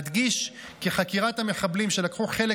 אדגיש כי חקירת המחבלים שלקחו חלק